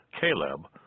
Caleb